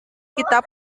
kita